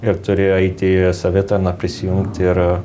ir turi aiti į savitarną prisijungti ir